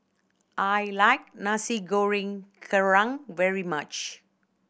I like Nasi Goreng Kerang very much